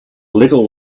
little